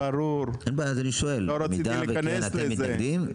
ברור, לא רציתי להיכנס לזה.